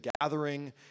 gathering